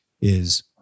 is-